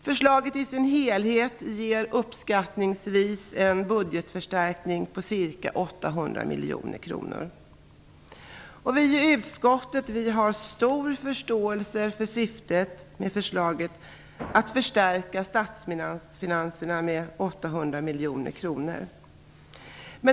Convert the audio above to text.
Förslaget ger i sin helhet uppskattningsvis en budgetförstärkning på ca 800 miljoner kronor. Vi i utskottet har stor förståelse för syftet med förslaget - att förstärka statsfinanserna med 800 miljoner kronor.